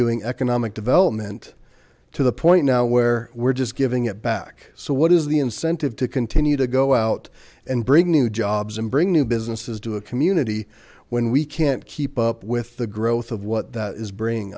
doing economic development to the point now where we're just giving it back so what is the incentive to continue to go out and bring new jobs and bring new businesses to a community when we can't keep up with the growth of what that is bring